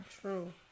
True